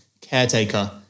caretaker